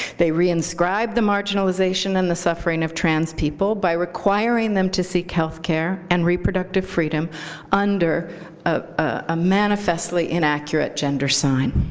they reinscribe the marginalization and the suffering of trans people by requiring them to seek health care and reproductive freedom under a manifestly inaccurate gender sign.